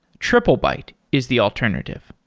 triplebyte is the alternative.